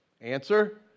Answer